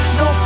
no